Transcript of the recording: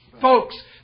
Folks